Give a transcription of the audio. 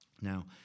Now